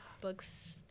books